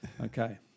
okay